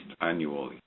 annually